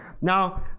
Now